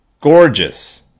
gorgeous